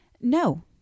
no